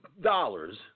dollars